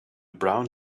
brown